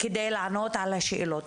כדי לענות על השאלות.